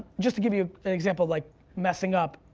just to give you an example, like messing up.